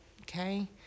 Okay